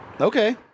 Okay